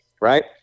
right